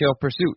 Pursuit